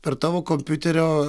per tavo kompiuterio